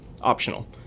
optional